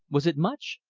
was it much?